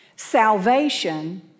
Salvation